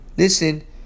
Listen